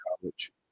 college